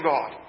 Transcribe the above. God